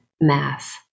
Mass